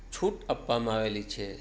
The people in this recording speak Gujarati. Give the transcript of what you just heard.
છૂટ આપવામાં આવેલી છે